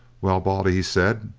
well, baldy, he said,